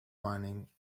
mining